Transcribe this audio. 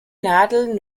nadel